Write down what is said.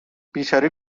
بیچاره